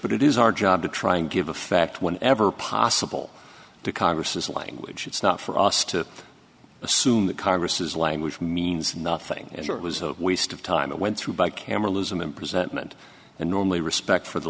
but it is our job to try and give effect whenever possible to congress's language it's not for us to assume that congress is language means nothing as it was a waste of time it went through by camera lism imprisonment and normally respect for the